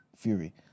Fury